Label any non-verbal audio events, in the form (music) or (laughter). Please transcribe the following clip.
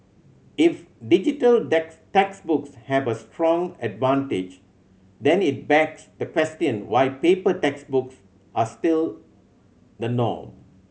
if digital (unintelligible) textbooks have a strong advantage then it begs the question why paper textbooks are still the norm